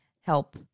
help